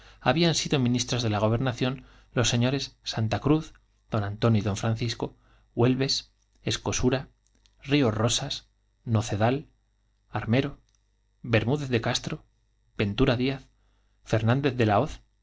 habían sido antonio y de la gobernación los sres santa cruz d d huelbes escosura ríos rosas noe francisco dal armero bermúdez de castro ventura díaz fernández de la hoz